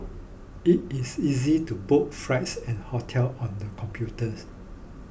it is easy to book flights and hotel on the computers